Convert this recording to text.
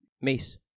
mace